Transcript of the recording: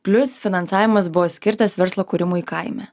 plius finansavimas buvo skirtas verslo kūrimui kaime